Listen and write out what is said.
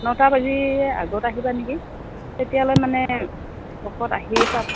নটা বাজি আগত আহিবা নেকি তেতিয়ালৈ মানে ভকত আহি পাব